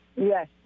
Yes